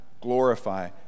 glorify